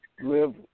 live